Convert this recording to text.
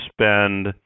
spend